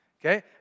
okay